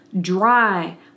dry